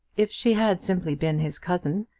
if she had simply been his cousin,